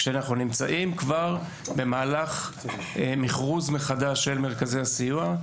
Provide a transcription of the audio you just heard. כשאנחנו נמצאים כבר במהלך מכרוז מחדש של מרכזי הסיוע.